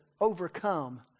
overcome